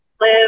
live